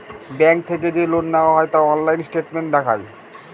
bank থেকে যে loan নেওয়া হয় তা অনলাইন স্টেটমেন্ট দেখায়